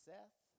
Seth